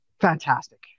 Fantastic